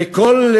וכל,